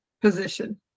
position